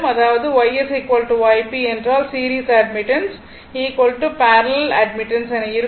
அதாவது YS YP என்றால் series admittance parallel என இருக்கும்